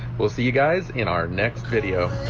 we'll see you guys in our next video